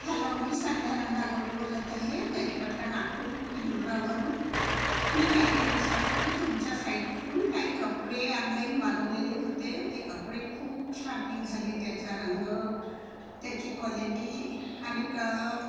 hello मी संध्या नंदा गवडी बोलत आहे जरीपटका नागपूर इंदोरावरून मी काही दिवसापूर्वी तुमच्या साईटवरून काही कपडे ऑनलाईन मागवलेले होते ते कपडे खूप छान निघाले त्याचा रंग त्याची क्वालिटी आणिक